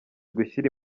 gushyira